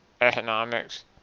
economics